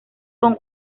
con